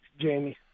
Jamie